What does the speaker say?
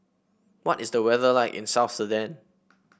what is the weather like in South Sudan